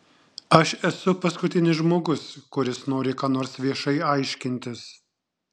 aš esu paskutinis žmogus kuris nori ką nors viešai aiškintis